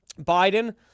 Biden